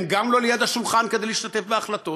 הם גם לא ליד השולחן כדי להשתתף בהחלטות.